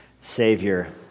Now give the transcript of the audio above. Savior